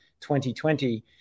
2020